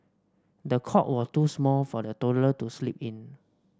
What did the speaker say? the cot was too small for the toddler to sleep in